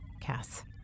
Cass